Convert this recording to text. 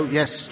yes